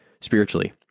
spiritually